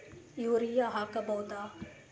Urea ಹಾಕ್ ಬಹುದ?